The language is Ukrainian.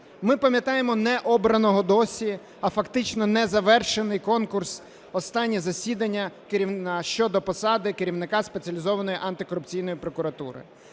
Ми пам'ятаємо не обраного досі, а фактично не завершений конкурс, останнє засідання щодо посади керівника Спеціалізованої антикорупційної прокуратури.